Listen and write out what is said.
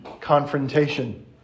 confrontation